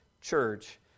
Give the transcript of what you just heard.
church